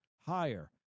higher